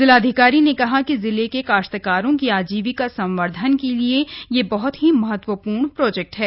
जिलाधिकारी ने कहा कि जिले के काश्तकारों की आजीविका संवर्धन के लिए यह बहत ही महत्वपूर्ण प्रोजेक्ट है